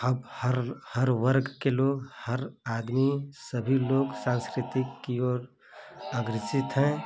अब हर हर वर्ग के लोग हर आदमी सभी लोग संस्कृति की ओर अग्रसर हैं